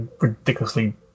ridiculously